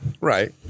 Right